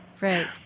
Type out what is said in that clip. Right